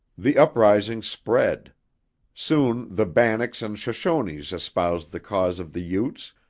the uprising spread soon the bannocks and shoshones espoused the cause of the utes,